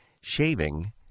shaving